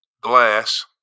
glass